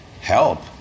Help